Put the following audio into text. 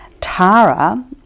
Tara